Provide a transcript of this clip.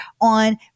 on